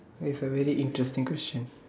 that's a very interesting question